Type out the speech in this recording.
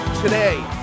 Today